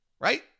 right